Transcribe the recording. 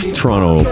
Toronto